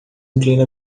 inclina